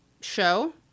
show